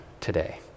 today